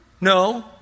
No